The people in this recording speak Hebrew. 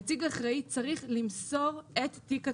נציג אחראי צריך למסור את תיק התמרוק,